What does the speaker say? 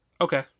Okay